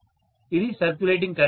ఇది circulating current